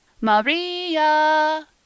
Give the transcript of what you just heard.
Maria